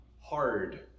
hard